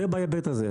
זה בהיבט הזה.